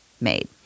made